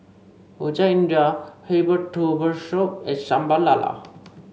Rojak India Herbal Soup and Sambal Lala